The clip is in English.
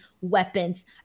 weapons